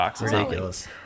Ridiculous